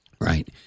right